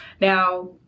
Now